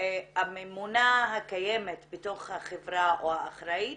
הממונה הקיימת בתוך החברה או האחראית